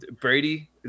Brady –